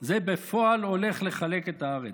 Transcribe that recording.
זה בפועל הולך לחלק את הארץ.